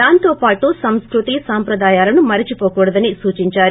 దాంతో పాటు సంస్కృతి సంప్రదాయాలను మరిచిపోకూడదని సూచిందారు